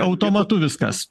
automatu viskas